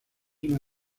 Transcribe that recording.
una